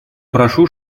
прошу